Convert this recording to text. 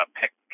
pick